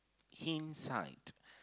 hindsight